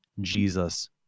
Jesus